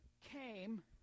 came